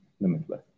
limitless